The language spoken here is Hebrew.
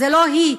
זה לא היא,